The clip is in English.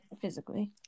physically